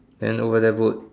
then over there boot